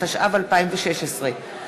התשע"ו 2016,